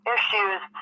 Issues